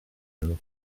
nhw